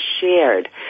shared